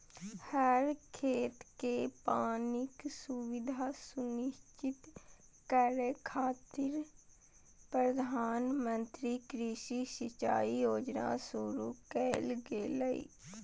हर खेत कें पानिक सुविधा सुनिश्चित करै खातिर प्रधानमंत्री कृषि सिंचाइ योजना शुरू कैल गेलै